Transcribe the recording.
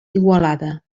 igualada